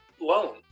loan